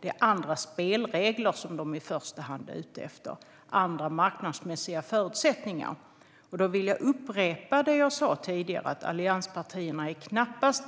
Det är i första hand andra spelregler och andra marknadsmässiga förutsättningar som de är ute efter. Jag vill upprepa det jag sa tidigare: Allianspartierna är knappast